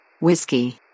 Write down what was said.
Whiskey